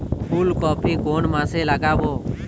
ফুলকপি কোন মাসে লাগাবো?